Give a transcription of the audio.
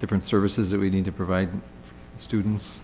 different services that we need to provide students